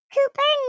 Cooper